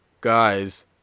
guys